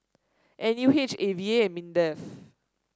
N U H A V A and Mindef